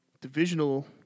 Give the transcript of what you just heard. divisional